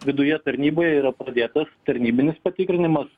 viduje tarnyboje yra pradėtas tarnybinis patikrinimas